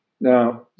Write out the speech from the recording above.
Now